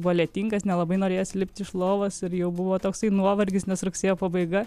buvo lietingas nelabai norėjosi lipti iš lovos ir jau buvo toksai nuovargis nes rugsėjo pabaiga